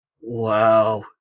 Wow